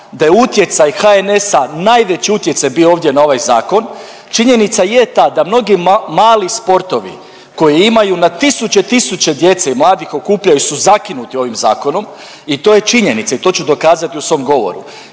da je utjecaj HNS najveći utjecaj bio ovdje na ovaj zakon, činjenica je ta da mnogi mali sportovi koji imaju na tisuće, tisuće djece i mladih okupljaju su zakinuti ovim zakonom i to je činjenica i to ću dokazati u svom govoru.